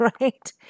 right